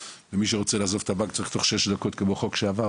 ומי שרוצה לעזוב את הבנק צריך בתוך שש דקות כמו החוק שעבר,